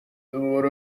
umubare